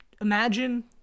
imagine